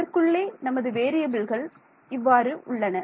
இதற்குள்ளே நமது வேறியபில்கள் இவ்வாறு உள்ளன